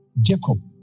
Jacob